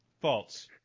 False